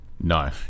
No